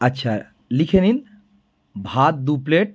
আচ্ছা লিখে নিন ভাত দু প্লেট